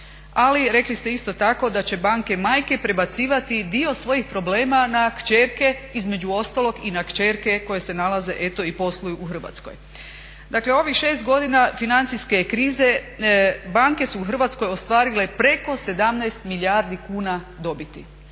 Ali rekli ste isto tako da će banke majke prebacivati i dio svojih problema na kćerke između ostalog na kćerke koje se nalaze i posluju u Hrvatskoj. Dakle ovih 6 godina financijske krize banke su u Hrvatskoj ostvarile preko 17 milijardi kuna dobiti.